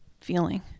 feeling